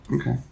Okay